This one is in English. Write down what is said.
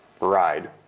ride